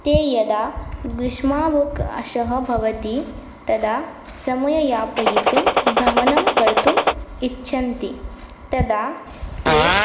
ते यदा ग्रीष्मावकाशः भवति तदा समययापयितुं भ्रमनं कर्तुम् इच्छन्ति तदा ते